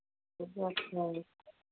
वो भी अच्छा है